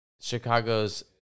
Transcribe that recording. Chicago's